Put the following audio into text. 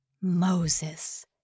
Moses